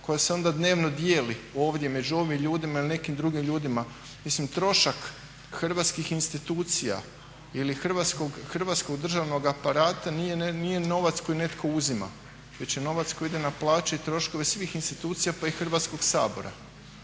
koja se onda dnevno dijeli ovdje među ovim ljudima ili nekim drugim ljudima. Mislim trošak hrvatskih institucija ili hrvatskog državnog aparata nije novac koji netko uzima već je novac koji ide na plaće i troškove svih institucija pa i Hrvatskog sabora.